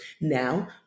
Now